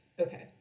Okay